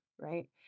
right